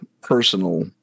personal